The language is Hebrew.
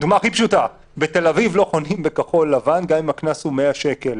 דוגמה פשוטה: בתל אביב לא חונים בכחול-לבן גם אם הקנס הוא 100 שקלים,